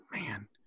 man